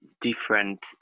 different